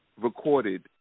recorded